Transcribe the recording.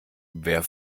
wer